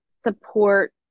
support